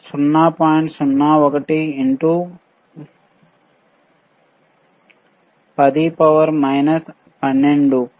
01 into 10 12 అది మనకు 9